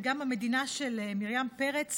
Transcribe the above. וגם המדינה של מרים פרץ